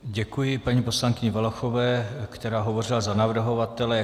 Děkuji paní poslankyni Valachové, která hovořila za navrhovatele.